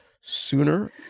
sooner